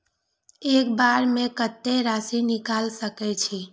एक बार में कतेक राशि निकाल सकेछी?